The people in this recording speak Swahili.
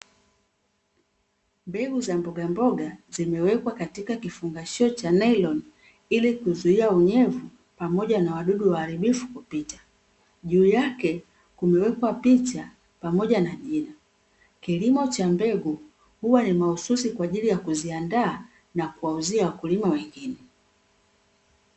Mbegu za mbogamboga zimeweka katika kifungashio cha nailoni ili kuzuia unyevu pamoja na wadudu waharibifu kupita. Juu yake kumewekwa picha pamoja na jina, kilimo cha mbegu huwa ni mahususi kwa ajili ya kuziandaa na kuwauzia wakulima wengine.